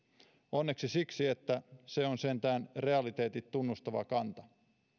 onneksi siksi että se on sentään realiteetit tunnustava kanta